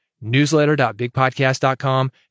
Newsletter.bigpodcast.com